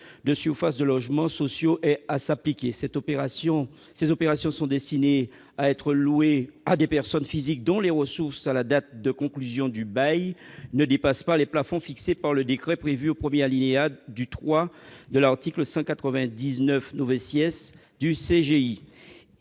de surface de logements sociaux ait à s'appliquer. Ces opérations sont destinées à la location à des personnes physiques dont les ressources à la date de conclusion du bail ne dépassent pas les plafonds fixés par le décret prévu au premier alinéa du III de l'article 199 du code